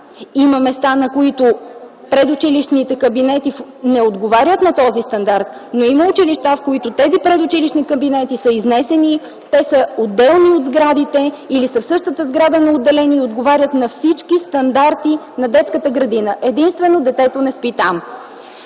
Има места, на които предучилищните кабинети не отговарят на този стандарт, но има училища, в които тези предучилищни кабинети са изнесени, те са отделни от сградите или са в същата сграда, но отделени и отговарят на всички стандарти на детската градина. Единствено, детето не спи там.